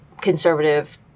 conservative